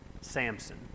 Samson